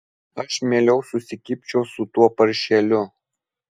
aš mieliau susikibčiau su tuo paršeliu